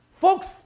Folks